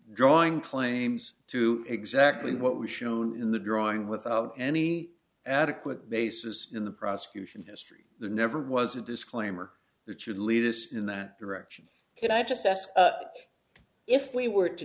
drawing claims to exactly what was shown in the drawing without any adequate basis in the prosecution history there never was a disclaimer that you lead us in that direction but i just ask if we were to